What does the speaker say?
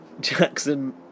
Jackson